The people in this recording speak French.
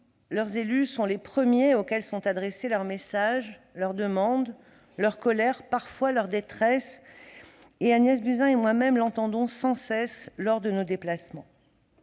leurs élus sont les premiers auxquels sont adressés leurs messages, leurs demandes, leurs colères et parfois leurs détresses. Agnès Buzyn et moi-même l'entendons sans cesse lors de nos déplacements.